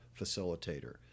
facilitator